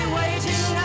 waiting